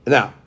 Now